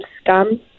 scum